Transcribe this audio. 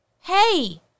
hey